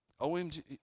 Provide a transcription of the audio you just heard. OMG